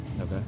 Okay